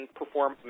perform